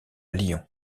lyon